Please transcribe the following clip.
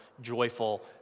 joyful